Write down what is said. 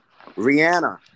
Rihanna